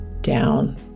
down